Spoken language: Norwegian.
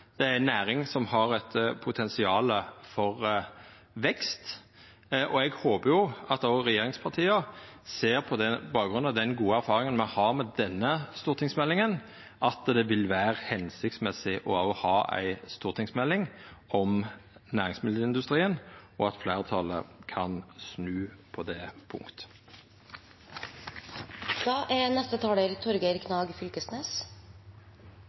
Det er ei næring som har eit potensial for vekst, og eg håpar at òg regjeringspartia ser, med bakgrunn i den gode erfaringa me har med denne stortingsmeldinga, at det vil vera hensiktsmessig å ha ei stortingsmelding om næringsmiddelindustrien, og at fleirtalet kan snu på det punktet. Handelsnæringa er